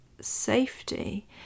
safety